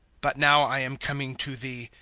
but now i am coming to thee,